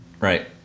Right